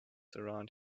around